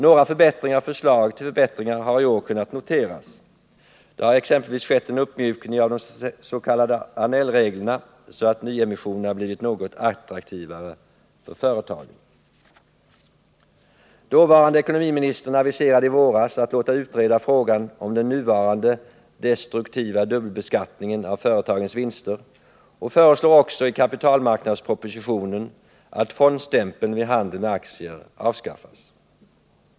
Några förbättringar och förslag till förbättringar har i år kunnat noteras, Det har exempelvis skett en uppmjukning av de s.k. Anellreglerna, så att nyemissionen blivit något attraktivare för företagen. Dåvarande ekonomiministern aviserade i våras att han skulle låta utreda frågan om den nuvarande destruktiva dubbelbeskattningen av företagens vinster och föreslår också i kapitalmarknadspropositionen att fondstämpeln vid handeln med aktier avskaffas.